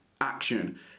action